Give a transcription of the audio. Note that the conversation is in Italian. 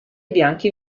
bianchi